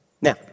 Now